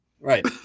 Right